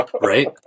Right